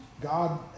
God